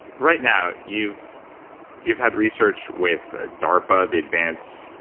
right now, you've you've had research with darpa, the advanced.